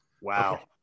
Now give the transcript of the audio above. Wow